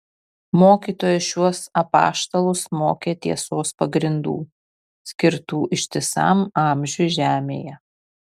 mokytojas šiuos apaštalus mokė tiesos pagrindų skirtų ištisam amžiui žemėje